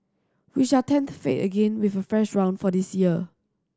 we shall tempt fate again with a fresh round for this year